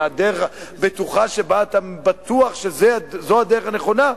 הדרך הבטוחה שבה אתה בטוח שזו הדרך הנכונה.